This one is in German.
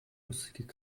lustige